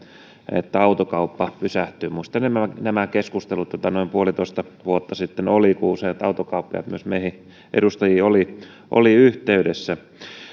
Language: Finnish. että autokauppa pysähtyy muistamme nämä keskustelut joita noin puolitoista vuotta sitten oli kun useat autokauppiaat myös meihin edustajiin olivat yhteydessä